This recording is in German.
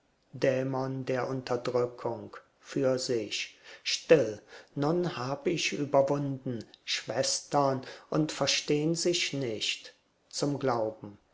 dämon der unterdrückung für sich still nun hab ich überwunden schwestern und verstehn sich nicht zum glauben